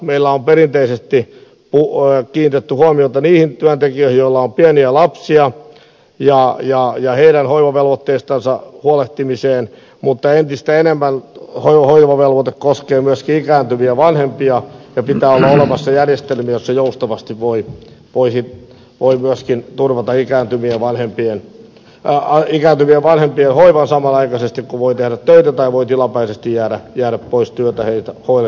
meillä on perinteisesti kiinnitetty huomiota niihin työntekijöihin joilla on pieniä lapsia ja heidän hoivavelvoitteestansa huolehtimiseen mutta entistä enemmän hoivavelvoite koskee myöskin ikääntyviä vanhempia ja pitää olla olemassa järjestelmä jossa joustavasti voi myöskin turvata ikääntyvien vanhempien hoivan samanaikaisesti kun voi tehdä töitä tai voi tilapäisesti jäädä pois työstä heitä hoitamaan